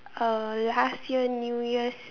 uh last year new year's